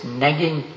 nagging